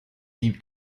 die